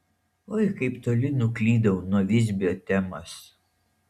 oi kaip toli nuklydau nuo visbio temos